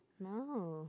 no